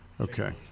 Okay